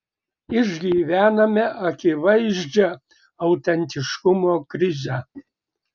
išgyvename akivaizdžią autentiškumo krizę